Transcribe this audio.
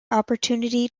opportunity